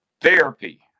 Therapy